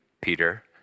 Peter